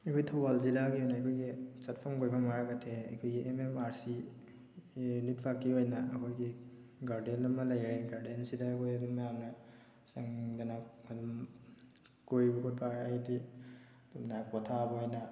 ꯑꯩꯈꯣꯏ ꯊꯧꯕꯥꯜ ꯖꯤꯂꯥꯒꯤ ꯑꯣꯏꯅ ꯑꯩꯈꯣꯏꯒꯤ ꯆꯠꯐꯝ ꯀꯣꯏꯐꯝ ꯍꯥꯏꯔꯒꯗꯤ ꯑꯩꯈꯣꯏꯒꯤ M M R C unit ꯄꯥꯔꯛꯀꯤ ꯑꯣꯏꯅ ꯑꯩꯈꯣꯏꯒꯤ ꯒꯥꯔꯗꯦꯟ ꯑꯃ ꯂꯩꯔꯦ ꯒꯥꯔꯗꯦꯟꯁꯤꯗ ꯑꯩꯈꯣꯏ ꯑꯗꯨꯝ ꯃꯌꯥꯝꯅ ꯆꯪꯗꯅ ꯑꯗꯨꯝ ꯀꯣꯏꯕ ꯈꯣꯠꯄ ꯍꯥꯏꯗꯤ ꯉꯥꯏꯍꯥꯛ ꯄꯣꯊꯥꯕ ꯑꯣꯏꯅ